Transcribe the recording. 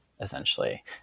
essentially